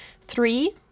Three